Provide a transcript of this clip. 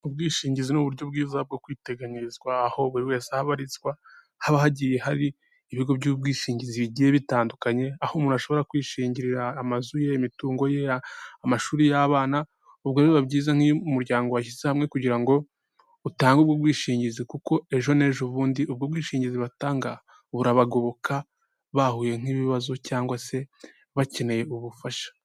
Ubwishingizi ni uburyo bwiza bwo kwiteganyirizwa, aho buri wese aho abarizwa haba hagiye hari ibigo by'ubwishingizi bigiye bitandukanye, aho umuntu ashobora kwishingirira amazu ye, imitungo ye, amashuri y'abana, ubwo rero biba byiza nk'iyo umuryango washyize hamwe kugira ngo utange ubwo bwishingizi kuko ejo n'ejo bundi ubwo bwishingizi batanga, burabagoboka bahuye nk'ibibazo cyangwa se bakeneye ubufasha.